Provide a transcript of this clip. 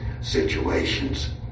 situations